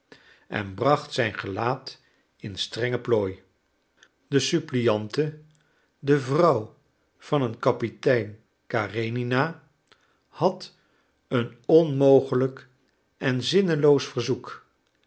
en bracht zijn gelaat in strenge plooi de suppliante de vrouw van een kapitein karenina had een onmogelijk en zinneloos verzoek